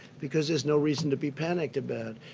because there's no reason to be panicked about